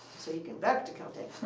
so he came back to caltech.